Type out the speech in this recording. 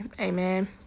Amen